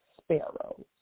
sparrows